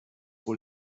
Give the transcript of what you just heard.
wohl